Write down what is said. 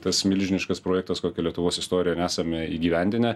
tas milžiniškas projektas kokio lietuvos istorijo nesame įgyvendinę